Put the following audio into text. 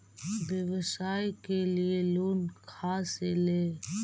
व्यवसाय के लिये लोन खा से ले?